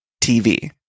TV